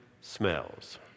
smells